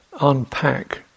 unpack